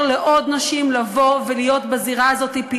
לעוד נשים לבוא ולהיות פעילות בזירה הזאת.